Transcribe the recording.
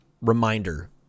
reminder